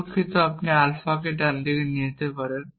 দুঃখিত আপনি আলফাকে ডান দিকে নিতে পারেন